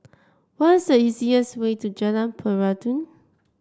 what is the easiest way to Jalan Peradun